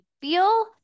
feel